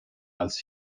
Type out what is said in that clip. als